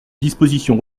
dispositions